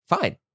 fine